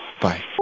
Bye